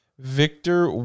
Victor